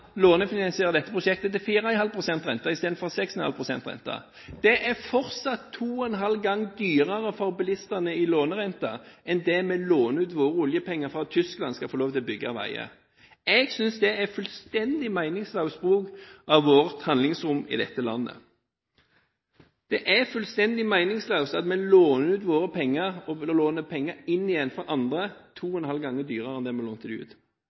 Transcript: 6,5 pst. rente. Det er fortsatt to og en halv gang dyrere for bilistene i lånerente enn det vi låner ut våre oljepenger til for at Tyskland skal få lov til å bygge veier. Jeg synes det er en fullstendig meningsløs bruk av vårt handlingsrom i dette landet. Det er fullstendig meningsløst at vi låner ut våre penger, og låner penger inn igjen – to og en halv gang dyrere enn vi lånte dem ut.